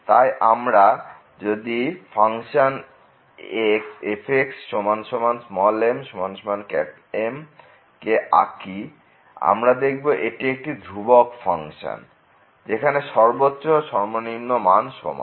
তাই আমরা যদি f m M কে আকি আমরা দেখব এটি একটি ধ্রুবক ফাংশন যেখানে সর্বোচ্চ ও সর্বনিম্ন মান সমান